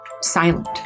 silent